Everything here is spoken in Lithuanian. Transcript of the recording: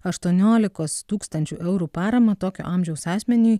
aštuoniolikos tūkstančių eurų paramą tokio amžiaus asmeniui